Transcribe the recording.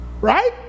Right